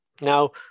Now